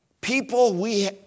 people—we